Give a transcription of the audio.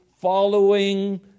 following